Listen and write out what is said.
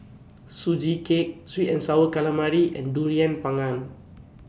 Sugee Cake Sweet and Sour Calamari and Durian Pengat